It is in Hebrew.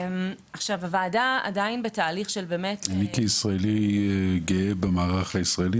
הוועדה עדיין בתהליך של באמת -- אני כישראלי גאה במערך הישראלי,